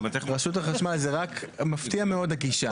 רשות החשמל, זה רק מפתיע מאוד הגישה.